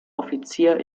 offizier